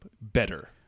better